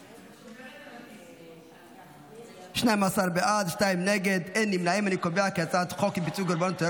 הוראת שעה, חרבות ברזל)